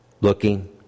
Looking